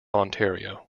ontario